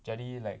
jadi like